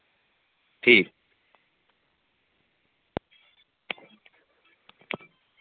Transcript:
ठीक